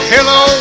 Hello